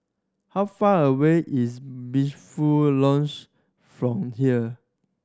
how far away is from here